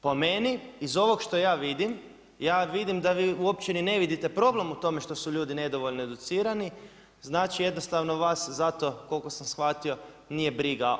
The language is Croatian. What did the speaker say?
Po meni iz ovoga što ja vidim, ja vidim da vi uopće niti ne vidite problem u tome što su ljudi nedovoljno educirani, znači jednostavno vas za to koliko sam shvatio nije briga.